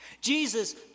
Jesus